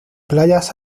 playas